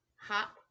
hop